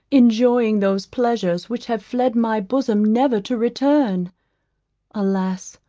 enjoying those pleasures which have fled my bosom never to return alas!